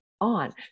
on